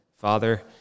Father